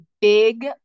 big